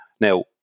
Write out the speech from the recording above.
Now